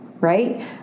right